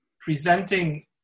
presenting